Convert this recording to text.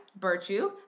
virtue